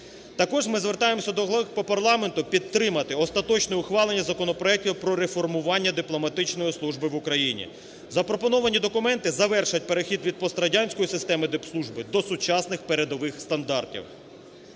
Також ми звертаємося до колег по парламенту підтримати остаточне ухвалення законопроектів по реформуванню дипломатичної служби в Україні. Запропоновані документи завершать перехід від пострадянської системи дипслужби до сучасних передових стандартів.